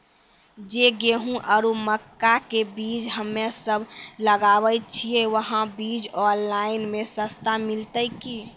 जे गेहूँ आरु मक्का के बीज हमे सब लगावे छिये वहा बीज ऑनलाइन मे सस्ता मिलते की?